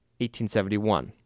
1871